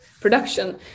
production